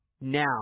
Now